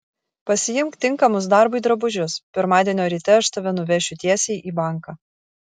pasiimk tinkamus darbui drabužius pirmadienio ryte aš tave nuvešiu tiesiai į banką